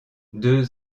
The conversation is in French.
deux